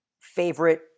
favorite